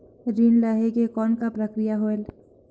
ऋण लहे के कौन का प्रक्रिया होयल?